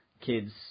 kid's